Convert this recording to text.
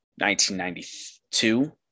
1992